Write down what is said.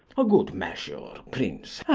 a good measure, prince,